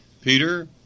Peter